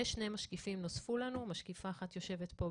ונוספו לנו שני משקיפים משקיפה אחת יושבת פה,